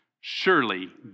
Surely